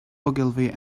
ogilvy